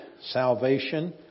salvation